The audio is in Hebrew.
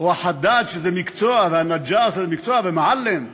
או החדאד, שזה מקצוע, והנג'אר, שזה מקצוע, ומועלם.